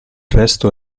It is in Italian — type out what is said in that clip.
resto